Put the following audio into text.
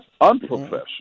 unprofessional